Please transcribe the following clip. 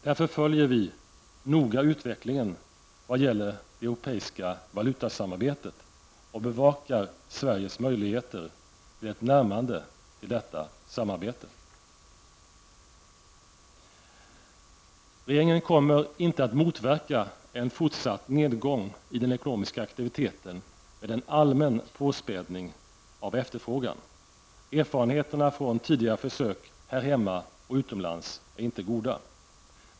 Därför följer vi noga utvecklingen vad gäller det europeiska valutasamarbetet och bevakar Sveriges möjligheter till ett närmande till detta samarbete. Regeringen kommer inte att motverka en fortsatt nedgång i den ekonomiska aktiviteten med en allmän påspädning av efterfrågan. Erfarenheterna från tidigare försök här hemma och utomlands är inte goda.